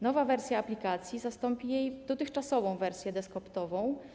Nowa wersja aplikacji zastąpi jej dotychczasową wersję desktopową.